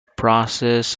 process